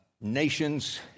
nations